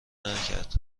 نکرد